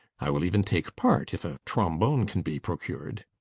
i will even take part, if a trombone can be procured.